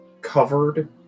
covered